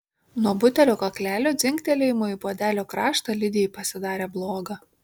nuo butelio kaklelio dzingtelėjimo į puodelio kraštą lidijai pasidarė bloga